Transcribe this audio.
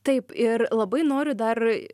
taip ir labai noriu dar